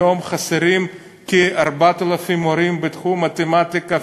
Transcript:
היום חסרים כ-4,000 מורים בתחום המתמטיקה,